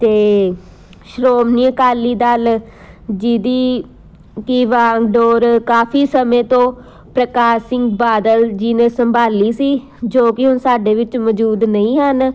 ਅਤੇ ਸ਼੍ਰੋਮਣੀ ਅਕਾਲੀ ਦਲ ਜਿਹਦੀ ਕਿ ਵਾਂਗਡੋਰ ਕਾਫੀ ਸਮੇਂ ਤੋਂ ਪ੍ਰਕਾਸ਼ ਸਿੰਘ ਬਾਦਲ ਜੀ ਨੇ ਸੰਭਾਲੀ ਸੀ ਜੋ ਕਿ ਹੁਣ ਸਾਡੇ ਵਿੱਚ ਮੌਜੂਦ ਨਹੀਂ ਹਨ